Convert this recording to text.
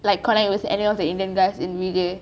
like connect with any of the indian guys in V_J